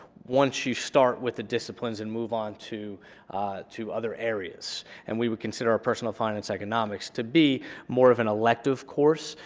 once you start with the disciplines and move on to to other areas, and we would consider our personal finance economics to be more of an elective course,